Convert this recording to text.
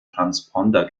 transponder